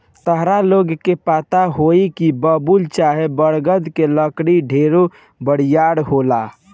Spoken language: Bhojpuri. ताहरा लोग के पता होई की बबूल चाहे बरगद के लकड़ी ढेरे बरियार होला